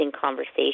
conversation